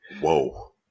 Whoa